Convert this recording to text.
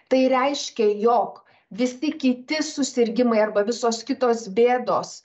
tai reiškia jog visi kiti susirgimai arba visos kitos bėdos